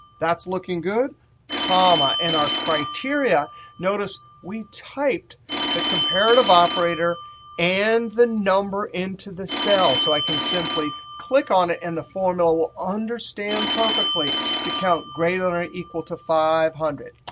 that's looking goodd comma, and our criteria notice, we typed the comparative operator and the number into the cell. so i can simply click on it and the formula will understand perfectly to count greater than or equal to five hundred.